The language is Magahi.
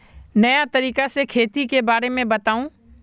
नया तरीका से खेती के बारे में बताऊं?